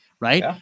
right